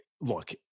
look